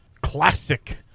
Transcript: classic